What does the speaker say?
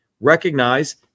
recognize